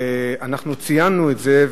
אנחנו ציינו את זה,